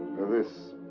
this,